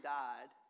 died